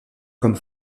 comme